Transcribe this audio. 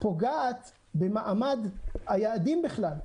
פוגעת במעמד היעדים בכלל.